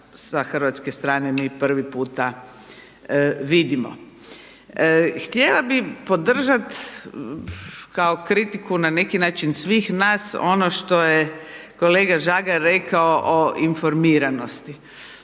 sa hrvatske strane mi prvi puta vidimo. Htjela bi podržati kao kritiku na neki način svih nas ono što je kolega Žagar rekao i informiranosti.